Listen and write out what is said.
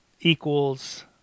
equals